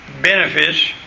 benefits